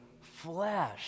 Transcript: flesh